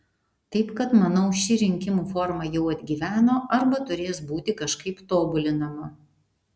taip kad manau ši rinkimų forma jau atgyveno arba turės būti kažkaip tobulinama